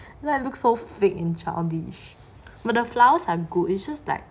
then looks so fake and childish but the flowers are good is just like